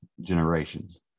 generations